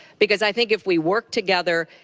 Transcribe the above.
because i think if we work together,